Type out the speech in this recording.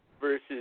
versus